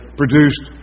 produced